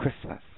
Christmas